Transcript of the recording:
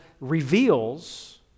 reveals